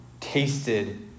tasted